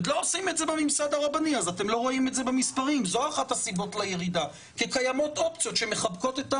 אבל אני מאמינה שהצוות שלי והגורמים שאנחנו נעזרנו בהם,